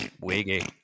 Wiggy